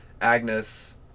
Agnes